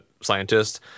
scientist